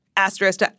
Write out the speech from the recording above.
asterisk